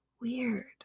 weird